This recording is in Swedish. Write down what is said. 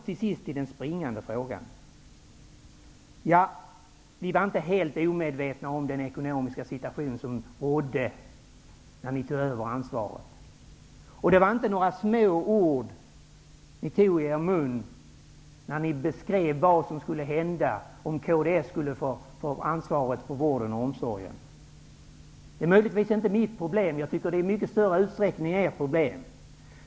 Till sist till den springande punkten: Vi var inte helt omedvetna om hurdan den ekonomiska situationen var när ni tog över regeringsansvaret. Det var inte några små ord ni tog i er mun när ni beskrev vad som skulle hända om kds skulle få ansvaret för vården och omsorgen. Det är möjligtvis inte mitt problem -- jag tycker att det i mycket större utsträckning är ert problem.